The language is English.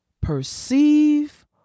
perceive